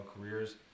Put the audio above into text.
careers